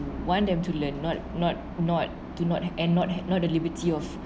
want them to learn not not not do not and not not the liberty of